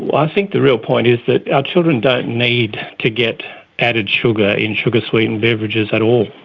i think the real point is that our children don't need to get added sugar in sugar-sweetened beverages at all,